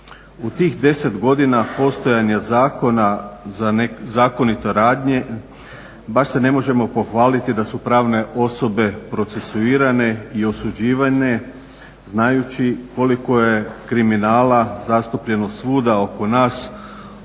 U tih 10 godina postojanja zakona za zakonite radnje baš se ne možemo pohvaliti da su pravne osobe procesuirane i osuđivane znajući koliko je kriminala zastupljeno svuda oko nas